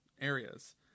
areas